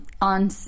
on